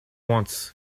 once